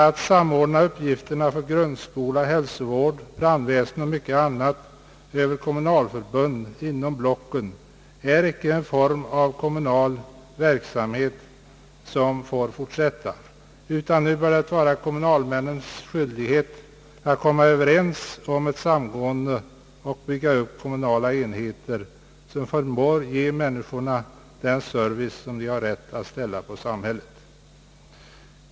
Att samordna grundskola, hälsovård, brandväsende och mycket annat över kommunalförbund inom blocken är icke en form av kommunal verksamhet som får fortsätta, utan nu bör det vara kommunalmännens skyldighet att komma överens om ett samgående och bygga upp kommunala enheter, som förmår ge människorna den service de har rätt att kräva av samhället.